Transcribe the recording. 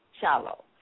shallow